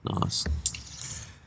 Nice